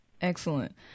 Excellent